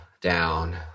down